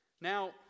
Now